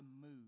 move